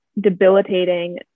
debilitating